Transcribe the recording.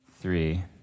three